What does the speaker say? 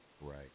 Right